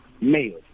male